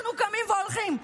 אנחנו קמים והולכים.